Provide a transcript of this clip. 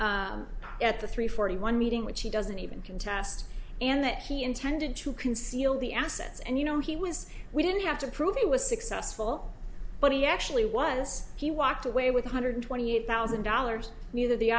assets at the three forty one meeting which he doesn't even contest and that he intended to conceal the assets and you know he was we didn't have to prove he was successful but he actually was he walked away with hundred twenty eight thousand dollars neither the